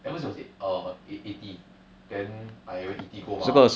at first it was err eight~ eighty then I went eatigo mah